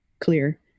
clear